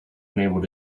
unable